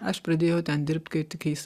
aš pradėjau ten dirbt kai tik kai jis